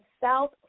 south